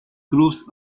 cruz